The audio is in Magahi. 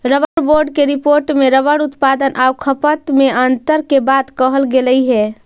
रबर बोर्ड के रिपोर्ट में रबर उत्पादन आउ खपत में अन्तर के बात कहल गेलइ हे